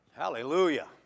Hallelujah